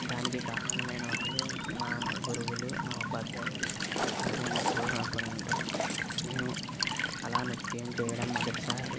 దానికి కారణం అయిన వాళ్ళు మా గురువులు మా ఉపాధ్యాయులు వారికి నేను ఎప్పుడూ రుణపడి ఉంటాను నేను అలా నృత్యం చేయడం మొదటి సారి